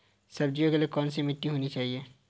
सब्जियों के लिए कैसी मिट्टी होनी चाहिए?